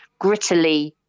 grittily